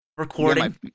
recording